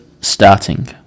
starting